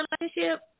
relationship